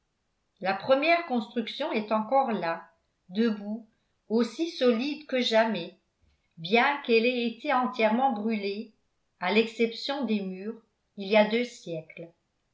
la première construction est encore là debout aussi solide que jamais bien qu'elle ait été entièrement brûlée à l'exception des murs il y a deux siècles